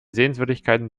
sehenswürdigkeiten